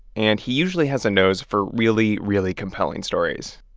and he usually has a nose for really, really compelling stories,